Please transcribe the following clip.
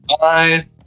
Bye